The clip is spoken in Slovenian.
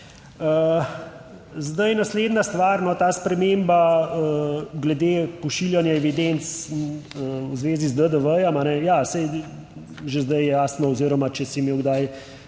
Naslednja stvar, ta sprememba glede pošiljanja evidenc v zvezi z DDV, ja, saj že zdaj je jasno oziroma če si imel kdaj,